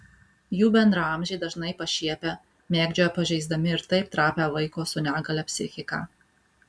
jų bendraamžiai dažnai pašiepia mėgdžioja pažeisdami ir taip trapią vaiko su negalia psichiką